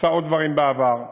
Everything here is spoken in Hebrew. ועשה עוד דברים בעבר,